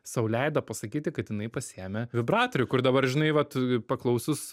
sau leido pasakyti kad jinai pasiėmė vibratorių kur dabar žinai vat paklausius